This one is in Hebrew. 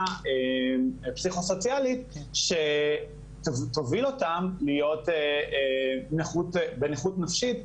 פסיכוסוציאלית שתוביל אותם להיות בנכות נפשית,